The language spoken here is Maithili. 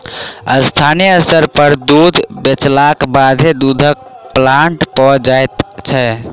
स्थानीय स्तर पर दूध बेचलाक बादे दूधक प्लांट पर जाइत छै